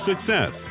success